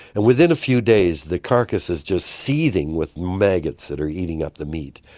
and within a few days the carcass is just seething with maggots that are eating up the meat.